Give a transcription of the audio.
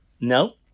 No